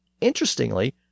Interestingly